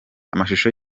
amashusho